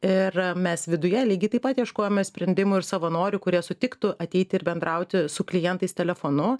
ir mes viduje lygiai taip pat ieškojome sprendimų ir savanorių kurie sutiktų ateiti ir bendrauti su klientais telefonu